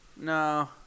No